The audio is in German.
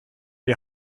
die